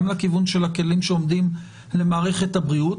גם לכיוון של הכלים שעומדים למערכת הבריאות,